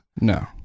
No